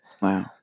Wow